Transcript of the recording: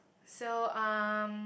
so um